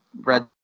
Red